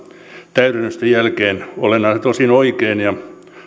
täydennysten jälkeen olennaisilta osin oikein ja